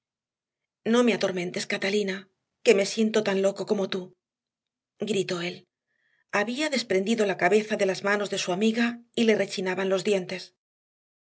no me atormentes catalina que me siento tan loco como tú gritó él había desprendido la cabeza de las manos de su amiga y le rechinaban los dientes